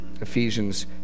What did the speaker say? Ephesians